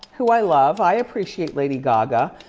who i love, i appreciate lady gaga,